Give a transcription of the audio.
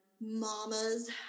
mamas